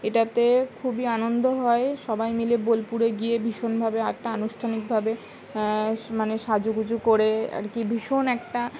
এটাতে খুবই আনন্দ হয় সবাই মিলে বোলপুরে গিয়ে ভীষণভাবে আড্ডা আনুষ্ঠানিকভাবে মানে সাজু গুজু করে আর কি ভীষণ একটা